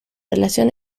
relación